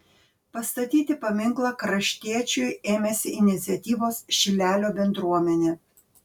pastatyti paminklą kraštiečiui ėmėsi iniciatyvos šilelio bendruomenė